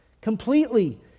Completely